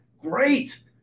great